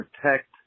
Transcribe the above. protect